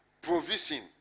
provision